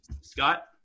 Scott